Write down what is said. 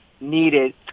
needed